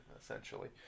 essentially